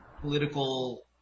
Political